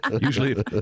Usually